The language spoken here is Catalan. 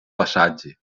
passatge